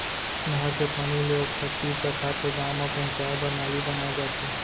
नहर के पानी ले ओखर तीर तखार के गाँव म पहुंचाए बर नाली बनाए जाथे